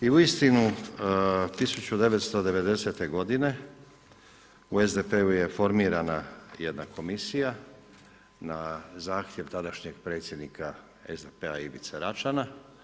I uistinu 1990. godine u SDP-u je formirana jedna komisija na zahtjev tadašnjeg predsjednika SDP-a Ivice Račana.